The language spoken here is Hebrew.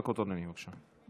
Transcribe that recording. שלוש דקות, אדוני, בבקשה.